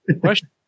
question